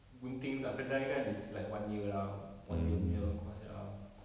gunting dekat kedai kan is like one year lah one year punya course ya